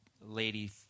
lady